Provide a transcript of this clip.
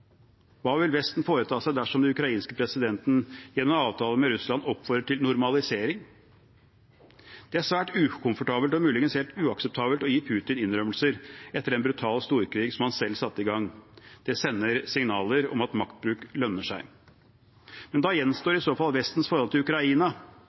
Hva vil Vesten foreta seg dersom den ukrainske presidenten gjennom avtale med Russland oppfordrer til normalisering? Det er svært ukomfortabelt og muligens helt uakseptabelt å gi Putin innrømmelser etter en brutal storkrig som han selv satte i gang. Det sender signaler om at maktbruk lønner seg. Da gjenstår